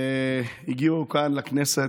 הגיעו לכאן, לכנסת,